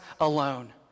alone